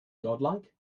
godlike